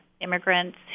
immigrants